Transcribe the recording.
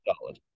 solid